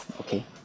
Okay